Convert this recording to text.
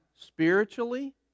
spiritually